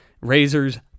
Razor's